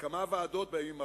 בכמה ועדות בימים האחרונים.